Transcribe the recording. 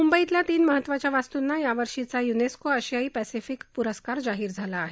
मुंबईतल्या तीन महत्वाच्या वास्तुंना या वर्षीचा यूनेस्को आशियाई पॅसिफिक पुरस्कार जाहीर झाला आहे